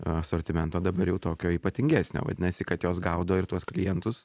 asortimento dabar jau tokio ypatingesnio vadinasi kad jos gaudo ir tuos klientus